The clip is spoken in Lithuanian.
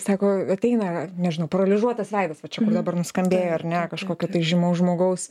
sako ateina nežinau paralyžiuotas veidas va čia kur dabar nuskambėjo ar ne kažkokio žymaus žmogaus